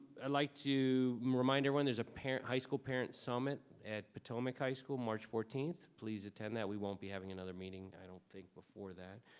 i like to remind everyone there's a parent high school parents summit at potomac high school, march fourteen, please attend that we won't be having another meeting. i don't think before that.